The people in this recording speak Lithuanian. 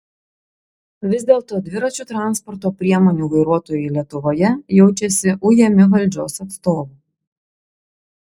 vis dėlto dviračių transporto priemonių vairuotojai lietuvoje jaučiasi ujami valdžios atstovų